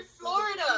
Florida